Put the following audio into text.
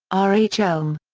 r. h. elm.